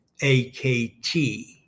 AKT